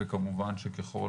וכמובן שככל